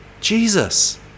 Jesus